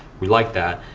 we like that.